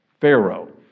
Pharaoh